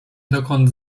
dokąd